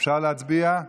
אפשר להצביע.